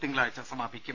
തിങ്ക ളാഴ്ച സമാപിക്കും